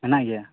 ᱢᱮᱱᱟᱜ ᱜᱮᱭᱟ